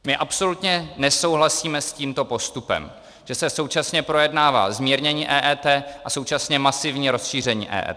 My absolutně nesouhlasíme s tímto postupem, že se současně projednává zmírnění a současně masivní rozšíření EET.